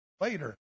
later